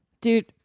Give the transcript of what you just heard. Dude